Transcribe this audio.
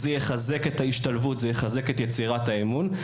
זה יחזק את ההשתלבות ואת יצירת האמון.